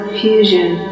fusion